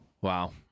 Wow